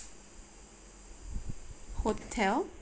hotel